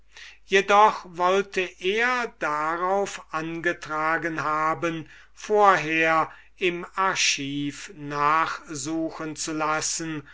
jedoch wollte er darauf angetragen haben vorher im archiv nachsuchen zu lassen